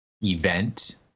event